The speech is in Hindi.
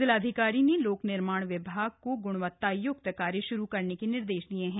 जिलाधिकारी ने लोक निर्माण विभाग को ग्णवत्ताय्क्त कार्य श्रू करने के निर्देश दिये हैं